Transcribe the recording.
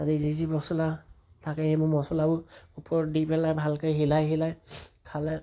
যি যি মছলা থাকে সেইবোৰ মছলাবোৰ ওপৰত দি পেলাই ভালকৈ দি পেলাই হিলাই হিলাই খালে